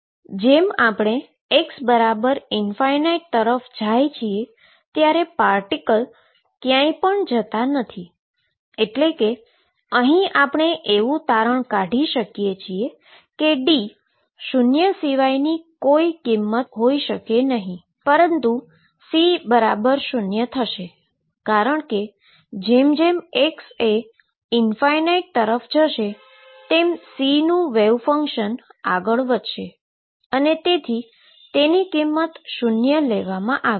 x∞ તરફ જાય છીએ ત્યારે પાર્ટીકલ ક્યાંય પણ જતા નથી એટલે કે અહી આપણે એવું તારણ કાઢી શકીએ છીએ કે D શુન્ય સિવાયની કોઈ કિંમત હોઈ શકે નહી પરંતુ C0 થશે કારણ કે જેમ જેમ x એ તરફ જશે તેમ C નું વેવ ફંક્શન આગળ વધશે અને તેથી તેની કિંમત શુન્ય લેવામા આવે છે